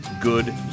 good